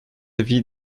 vis